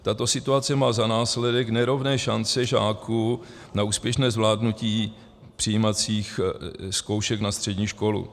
Tato situace má za následek nerovné šance žáků na úspěšné zvládnutí přijímacích zkoušek na střední školu.